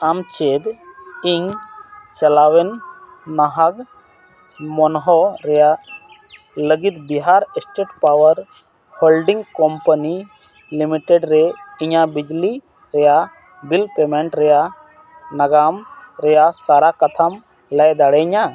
ᱟᱢ ᱪᱮᱫ ᱤᱧ ᱪᱟᱞᱟᱣᱮᱱ ᱱᱟᱦᱟᱜ ᱢᱚᱱᱦᱚ ᱨᱮᱭᱟᱜ ᱞᱟᱹᱜᱤᱫ Bihar state power holding company limited ᱨᱮ ᱤᱧᱟᱹᱜ ᱵᱤᱡᱽᱞᱤ ᱨᱮᱭᱟᱜ ᱵᱤᱞ ᱯᱮᱹᱢᱮᱹᱴ ᱨᱮᱭᱟᱜ ᱱᱟᱜᱟᱢ ᱨᱮᱭᱟᱜ ᱥᱟᱨᱟ ᱠᱟᱛᱷᱟᱢ ᱞᱟᱹᱭ ᱫᱟᱲᱮᱭᱟᱹᱧᱟ